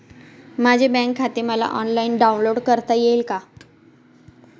माझे बँक खाते मला ऑनलाईन डाउनलोड करता येईल का?